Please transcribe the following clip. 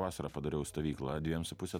vasarą padariau stovyklą dviem su puse